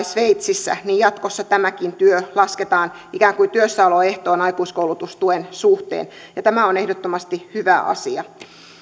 sveitsissä niin jatkossa tämäkin työ lasketaan ikään kuin työssäoloehtoon aikuiskoulutustuen suhteen tämä on ehdottomasti hyvä asia